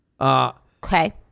Okay